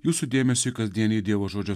jūsų dėmesiui kasdieniai dievo žodžio